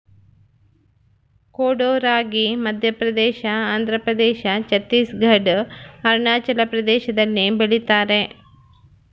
ಕೊಡೋ ರಾಗಿ ಮಧ್ಯಪ್ರದೇಶ ಆಂಧ್ರಪ್ರದೇಶ ಛತ್ತೀಸ್ ಘಡ್ ಅರುಣಾಚಲ ಪ್ರದೇಶದಲ್ಲಿ ಬೆಳಿತಾರ